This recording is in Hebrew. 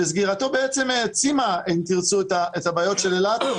שסגירתו העצימה את הבעיות של אילת,